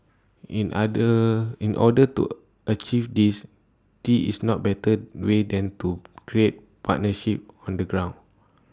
in other in order to achieve this these is no better way than to create partnerships on the ground